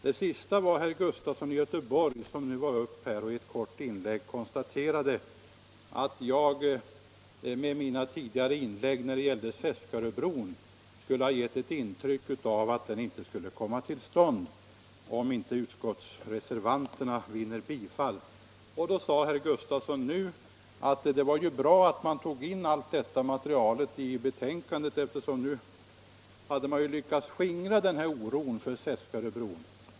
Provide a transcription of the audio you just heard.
Herr Sven Gustafson i Göteborg var nu uppe i ett kort inlägg och sade att jag med mina tidigare anföranden om Seskaröbron hade givit det intrycket att den inte skulle komma till stånd om inte reservanternas förslag vinner bifall. Och det var därför bra, sade herr Gustafson, att man tog in hela detta material i betänkandet, för nu hade man lyckats skingra oron för Seskaröbron.